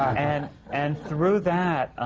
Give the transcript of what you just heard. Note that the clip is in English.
and and through that,